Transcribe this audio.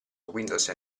windows